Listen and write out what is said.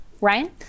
Ryan